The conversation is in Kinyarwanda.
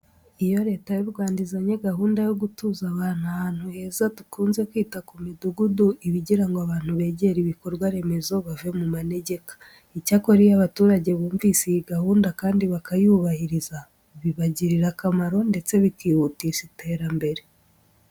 Iyo Leta y'u Rwanda izanye gahunda yo gutuza abantu ahantu heza dukunze kwita ku midugudu, iba igira ngo abantu begere ibikorwa remezo bave mu manegeka. Icyakora, iyo abaturage bumvise iyi gahunda kandi bakayubahiriza bibagirira akamaro, ndetse bikihutisha iterambere.